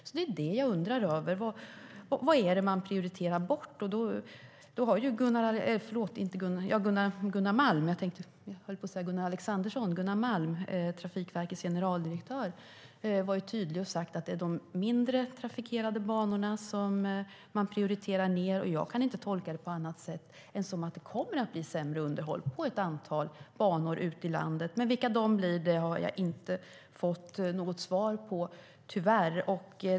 Det är alltså detta jag undrar över: Vad är det man prioriterar bort? Gunnar Malm, Trafikverkets generaldirektör, har varit tydlig och sagt att det är de mindre trafikerade banorna som man prioriterar ned. Jag kan inte tolka det på annat sätt än som att det kommer att bli sämre underhåll på ett antal banor ute i landet, men vilka de blir har jag inte fått något svar på, tyvärr.